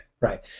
right